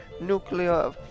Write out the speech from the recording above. Nuclear